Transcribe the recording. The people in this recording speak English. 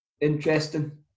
interesting